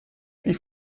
wie